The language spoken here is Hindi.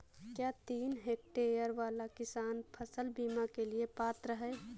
क्या तीन हेक्टेयर वाला किसान फसल बीमा के लिए पात्र हैं?